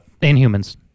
inhumans